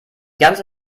ganze